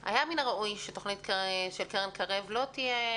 היה מן הראוי שהתוכנית של קרן קרב לא תהיה